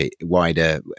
wider